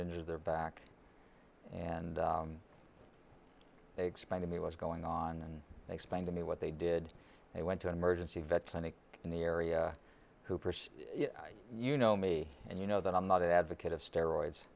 into their back and explain to me what's going on and explain to me what they did they went to an emergency vet clinic in the area who persist you know me and you know that i'm not an advocate of steroids